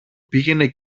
πήγαινε